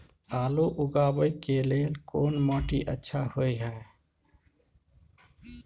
आलू उगाबै के लेल कोन माटी अच्छा होय है?